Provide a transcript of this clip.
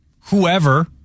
whoever